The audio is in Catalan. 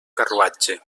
carruatge